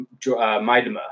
Maidema